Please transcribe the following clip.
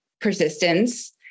persistence